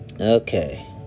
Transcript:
Okay